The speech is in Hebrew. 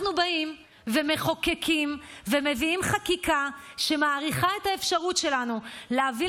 אנחנו באים ומחוקקים ומביאים חקיקה שמאריכה את האפשרות שלנו להביא